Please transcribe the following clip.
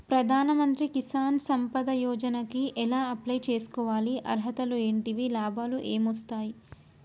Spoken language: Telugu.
ప్రధాన మంత్రి కిసాన్ సంపద యోజన కి ఎలా అప్లయ్ చేసుకోవాలి? అర్హతలు ఏంటివి? లాభాలు ఏమొస్తాయి?